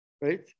right